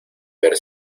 ver